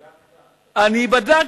בדקת?